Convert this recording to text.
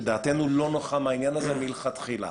דעתנו לא נוחה מהעניין הזה מלכתחילה.